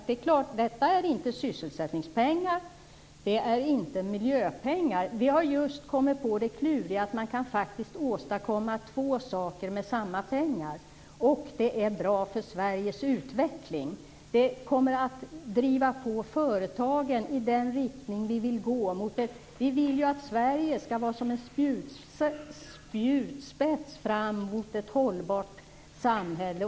Detta är inte sysselsättningspengar eller miljöpengar. Vi har kommit på det kluriga att det går att åstadkomma två saker med samma pengar. Det är bra för Sveriges utveckling. Det kommer att driva på företagen i den riktning vi vill. Vi vill att Sverige skall vara en spjutspets mot ett ekologiskt hållbart samhälle.